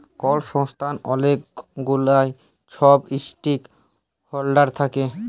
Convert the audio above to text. call সংস্থার অলেক গুলা ছব ইস্টক হল্ডার থ্যাকে